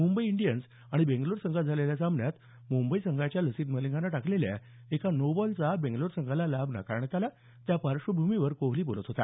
Mumbai Indians आणि बेंगलोर संघात झालेल्या सामन्यात मुंबई संघाच्या लसिथ मलिंगानं टाकलेल्या एका नो बॉलचा बेंगलोर संघाला लाभ नाकारण्यात आला त्या पार्श्वभूमीवर कोहली बोलत होता